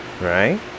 right